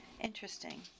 Interesting